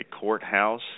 courthouse